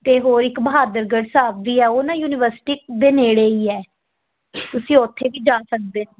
ਅਤੇ ਹੋਰ ਇੱਕ ਬਹਾਦਰਗੜ੍ਹ ਸਾਹਿਬ ਵੀ ਹੈ ਉਹ ਨਾ ਯੂਨੀਵਰਸਿਟੀ ਦੇ ਨੇੜੇ ਹੀ ਹੈ ਤੁਸੀਂ ਉੱਥੇ ਵੀ ਜਾ ਸਕਦੇ